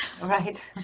right